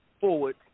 forward